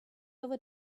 over